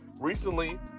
recently